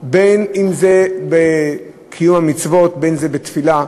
בין אם זה בקיום המצוות, בין אם זה בתפילה,